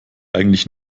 eigentlich